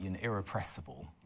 irrepressible